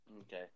Okay